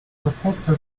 professor